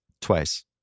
Twice